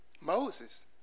Moses